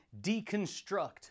deconstruct